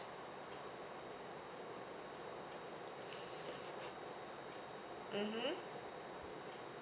mmhmm